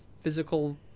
physical